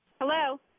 Hello